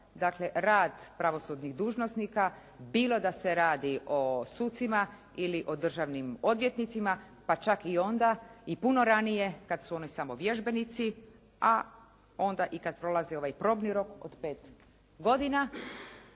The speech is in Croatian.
dakle rad pravosudnih dužnosnika bilo da se radi o sucima ili o državnim odvjetnicima, pa čak i onda i puno ranije kad su oni samo vježbenici, a onda i kad prolaze ovaj probni rok od 5 godina,